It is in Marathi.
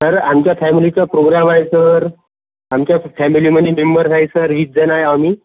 सर आमच्या फॅमिलीचा प्रोग्राम आहे सर आमच्या फॅमिलीमध्ये मेंबर्स आहे सर वीसजण आहे आम्ही